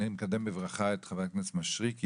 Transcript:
אני מקדם בברכה את חבר הכנסת משריקי.